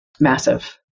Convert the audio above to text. Massive